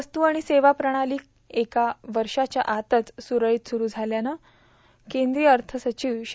वस्तू आणि सेवाकर प्रणाली एक्रा वर्षाच्या आतच सुरळीत सुरू झाली असल्याचं केंदीय अर्थ सचिव श्री